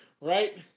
right